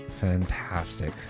fantastic